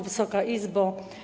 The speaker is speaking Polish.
Wysoka Izbo!